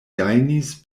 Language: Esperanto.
gajnis